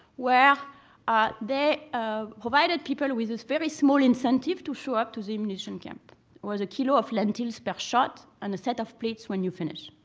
where they provided people with this very small incentive to show up to the immunization camp. it was a kilo of lentils per shot and a set of plates when you finish.